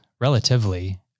relatively